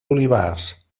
olivars